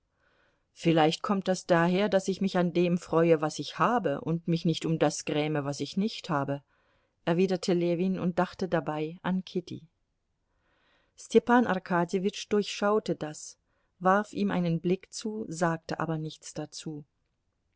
vielleicht kommt das daher daß ich mich an dem freue was ich habe und mich nicht um das gräme was ich nicht habe erwiderte ljewin und dachte dabei an kitty stepan arkadjewitsch durchschaute das warf ihm einen blick zu sagte aber nichts dazu